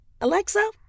Alexa